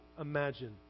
Imagine